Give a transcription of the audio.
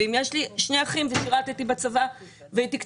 ואם יש לי שני אחים ושירתִּי בצבא והייתי קצינה,